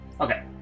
Okay